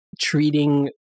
treating